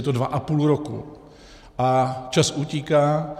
Je to dva a půl roku a čas utíká.